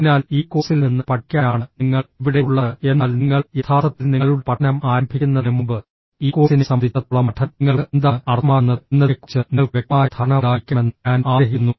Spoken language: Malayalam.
അതിനാൽ ഈ കോഴ്സിൽ നിന്ന് പഠിക്കാനാണ് നിങ്ങൾ ഇവിടെയുള്ളത് എന്നാൽ നിങ്ങൾ യഥാർത്ഥത്തിൽ നിങ്ങളുടെ പഠനം ആരംഭിക്കുന്നതിന് മുമ്പ് ഈ കോഴ്സിനെ സംബന്ധിച്ചിടത്തോളം പഠനം നിങ്ങൾക്ക് എന്താണ് അർത്ഥമാക്കുന്നത് എന്നതിനെക്കുറിച്ച് നിങ്ങൾക്ക് വ്യക്തമായ ധാരണ ഉണ്ടായിരിക്കണമെന്ന് ഞാൻ ആഗ്രഹിക്കുന്നു